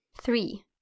Three